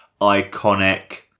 iconic